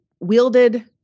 wielded